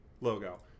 logo